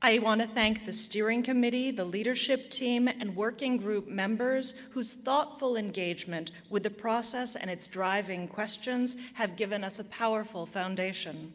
i want to thank the steering committee, the leadership team, and working group members, whose thoughtful engagement with the process and its driving questions have given us a powerful foundation.